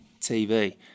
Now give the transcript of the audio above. TV